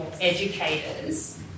educators